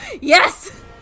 Yes